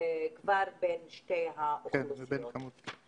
מה כמות הפניות שלא טופלו עדיין?